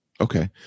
Okay